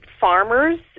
farmers